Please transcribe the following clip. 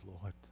Lord